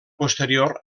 posterior